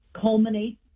culminate